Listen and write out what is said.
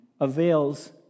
avails